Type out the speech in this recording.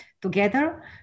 together